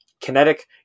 kinetic